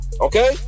okay